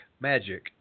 Magic